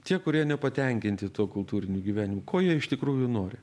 tie kurie nepatenkinti tuo kultūriniu gyvenimu ko jie iš tikrųjų nori